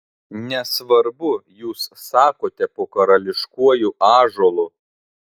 nesvarbu jūs sakote po karališkuoju ąžuolu